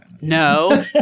No